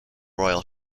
royal